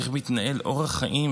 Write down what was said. איך מתנהל אורח החיים